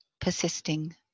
persisting